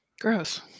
Gross